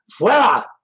fuera